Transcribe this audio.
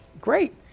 Great